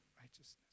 righteousness